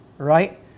right